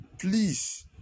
please